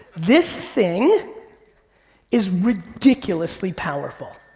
this thing is ridiculously powerful.